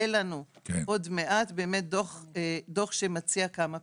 יהיה לנו באמת דו״ח שמציע כמה פתרונות.